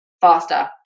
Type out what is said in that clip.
faster